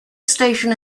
station